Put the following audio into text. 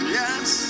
yes